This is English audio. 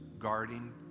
guarding